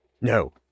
No